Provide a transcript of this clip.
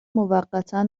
موقتا